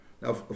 Now